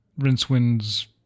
Rincewind's